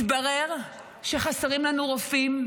מתברר שחסרים לנו רופאים,